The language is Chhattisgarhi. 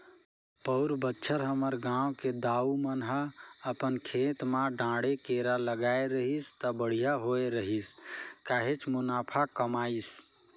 पउर बच्छर हमर गांव के दाऊ मन ह अपन खेत म डांड़े केरा लगाय रहिस त बड़िहा होय रहिस काहेच मुनाफा कमाइस